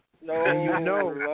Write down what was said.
No